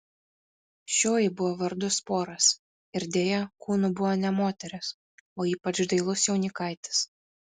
šioji buvo vardu sporas ir deja kūnu buvo ne moteris o ypač dailus jaunikaitis